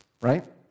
right